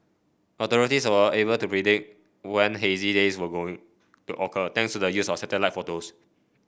authorities were able to predict when hazy days were going to occur thanks to the use of satellite photos